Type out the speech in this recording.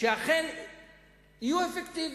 שיהיו אפקטיביים.